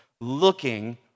looking